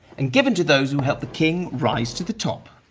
and given to those who helped the king rise to the top.